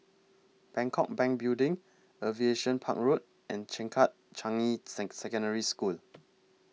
Bangkok Bank Building Aviation Park Road and Changkat Changi Secondary School